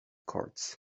courts